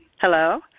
Hello